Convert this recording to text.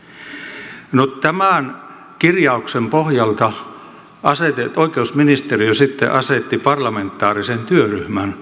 no tämän kirjauksen pohjalta oikeusministeriö sitten asetti parlamentaarisen työryhmän valmistelemaan tätä lakiesitystä